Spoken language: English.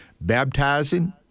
baptizing